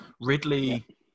Ridley